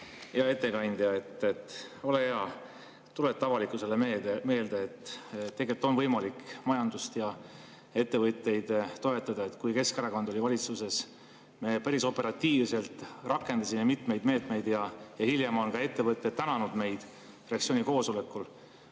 Hea ettekandja! Ole hea, tuleta avalikkusele meelde, et tegelikult on võimalik majandust ja ettevõtteid toetada. Kui Keskerakond oli valitsuses, siis me päris operatiivselt rakendasime mitmeid meetmeid, ja hiljem on ettevõtjad meid fraktsiooni koosolekul